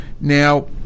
Now